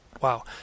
Wow